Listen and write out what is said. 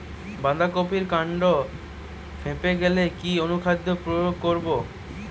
বাঁধা কপির কান্ড ফেঁপে গেলে কি অনুখাদ্য প্রয়োগ করব?